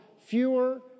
fewer